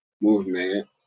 movement